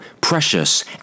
precious